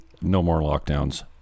no-more-lockdowns